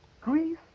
Greece